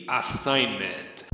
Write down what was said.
assignment